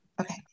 Okay